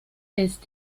ist